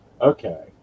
Okay